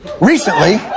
Recently